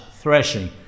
threshing